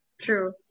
True